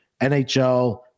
NHL